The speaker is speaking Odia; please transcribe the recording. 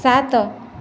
ସାତ